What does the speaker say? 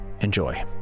Enjoy